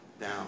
down